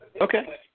Okay